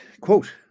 quote